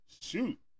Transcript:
Shoot